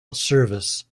service